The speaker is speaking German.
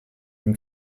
ihm